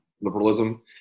liberalism